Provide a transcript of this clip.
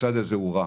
שהצעד הזה רע,